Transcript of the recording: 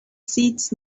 seats